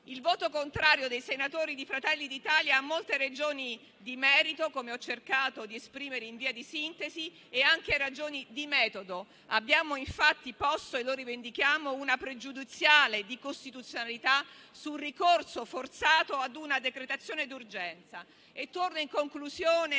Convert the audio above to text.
Il voto contrario dei senatori di Fratelli d'Italia ha molte ragioni di merito, come ho cercato di esprimere in via di sintesi, e anche ragioni di metodo: abbiamo infatti posto - e lo rivendichiamo - una pregiudiziale di costituzionalità sul ricorso forzato alla decretazione d'urgenza.